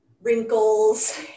wrinkles